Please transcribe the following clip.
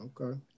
Okay